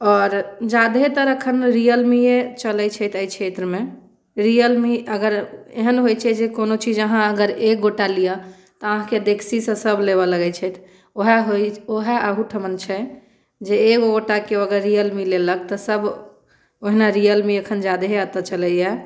आओर ज्यादहेतर एखन रियल मीए चलैत छथि एहि क्षेत्रमे रियल मी अगर एहन होइत छै जे कोनो चीज अहाँ अगर एक गोटे लिअ तऽ अहाँके देखसीसँ सभ लेबय लगै छथि उएह होइत उएह एहुठिमन छै जे एक गोटाए केओ अगर रियल मी लेलक तऽ सभ ओहिना रियल मी एखन ज्यादहे एतय चलैए